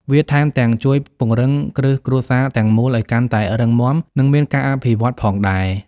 វាថែមទាំងជួយពង្រឹងគ្រឹះគ្រួសារទាំងមូលឱ្យកាន់តែរឹងមាំ និងមានការអភិវឌ្ឍន៍ផងដែរ។